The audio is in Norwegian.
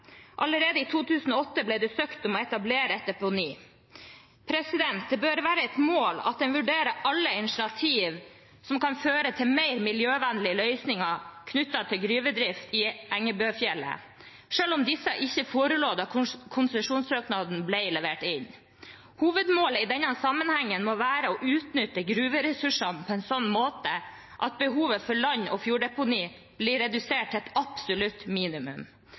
Allerede i 2008 ble det søkt om å etablere et deponi. Det bør være et mål at en vurderer alle initiativ som kan føre til mer miljøvennlige løsninger knyttet til gruvedrift i Engebøfjellet, selv om disse ikke forelå da konsesjonssøknaden ble levert inn. Hovedmålet i denne sammenhengen må være å utnytte gruveressursene på en slik måte at behovet for land- og fjorddeponi blir redusert til et absolutt minimum.